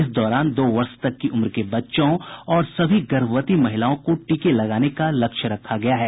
इस दौरान दो वर्ष तक की उम्र के बच्चों और सभी गर्भवती महिलाओं को टीके लगाने का लक्ष्य रखा गया है